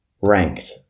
ranked